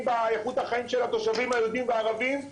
באיכות החיים של התושבים היהודים והערבים,